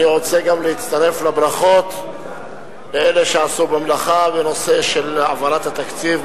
גם אני רוצה להצטרף לברכות לאלה שעשו במלאכה בנושא העברת התקציב.